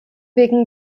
wegen